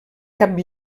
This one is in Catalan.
cap